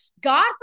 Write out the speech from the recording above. God